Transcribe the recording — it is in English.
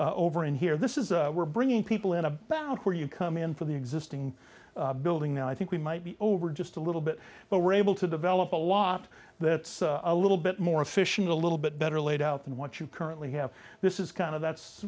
lot over in here this is we're bringing people in about where you come in from the existing building i think we might be over just a little bit but we're able to develop a lot that's a little bit more efficient a little bit better laid out than what you currently have this is kind of that's